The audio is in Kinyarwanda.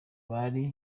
bari